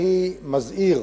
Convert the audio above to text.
אני מזהיר